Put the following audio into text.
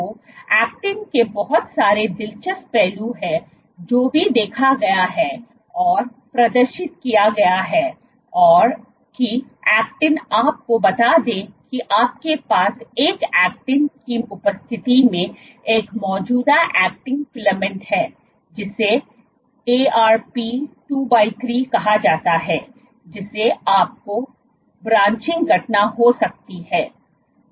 तो एक्टिन के बहुत सारे दिलचस्प पहलू हैं जो भी देखा गया है और प्रदर्शित किया गया है कि एक्टिन आपको बता दें कि आपके पास एक प्रोटीन की उपस्थिति में एक मौजूदा एक्टिन फिलामेंट है जिसे अर्प 2 3 कहा जाता है जिससे आपको ब्रांचिंग घटना हो सकती है